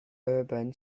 urban